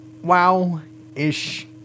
wow-ish